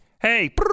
Hey